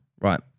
right